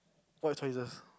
what choices